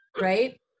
Right